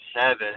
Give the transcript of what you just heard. seven